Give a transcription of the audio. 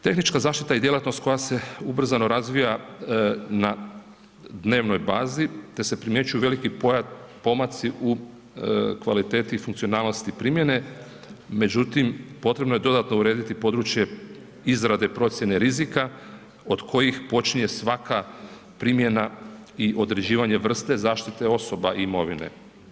Tehnička zaštita i djelatnost koja se ubrzano razvija na dnevnoj bazi te se primjećuju veliki pomaci u kvaliteti i funkcionalnosti primjene međutim potrebno je dodatno urediti područje izrade procjene rizika od kojih počinje svaka primjena i određivanje vrste zaštite osoba i imovine.